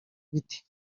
biti